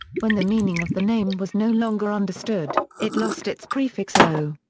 when the meaning of the name was no longer understood, it lost its prefix o.